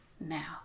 now